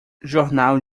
jornal